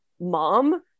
mom